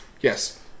yes